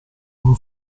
uno